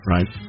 Right